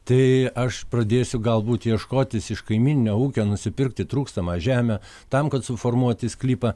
tai aš pradėsiu galbūt ieškotis iš kaimyninio ūkio nusipirkti trūkstamą žemę tam kad suformuoti sklypą